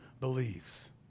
believes